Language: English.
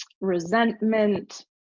resentment